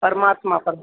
परमात्मा परम्